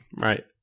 Right